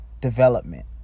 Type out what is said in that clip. development